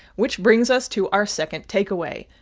which brings us to our second takeaway.